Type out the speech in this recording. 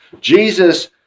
Jesus